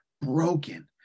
broken